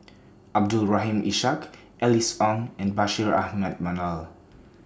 Abdul Rahim Ishak Alice Ong and Bashir Ahmad Mallal